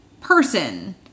person